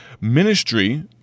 ministry